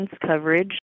coverage